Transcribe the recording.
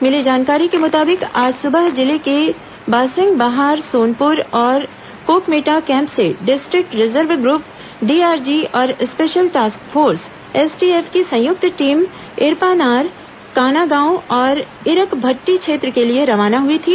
मिली जानकारी के मुताबिक आज सुबह जिले के बासिंगबहार सोनपुर और कोकमेटा कैम्प से डिस्ट्रिक्ट रिजर्व ग्रुप डीआरजी और स्पेशल टास्क फोर्स एसटीएफ की संयुक्त टीम इरपानार कानागांव और ईरकभट्टी क्षेत्र के लिए रवाना हुई थी